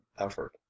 effort